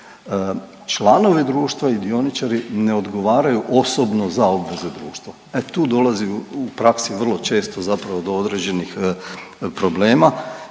članovi društva i dioničari ne odgovaraju osobno za obveze društva. E tu dolazi u praksi vrlo često zapravo do određenih problema.